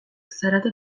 zarata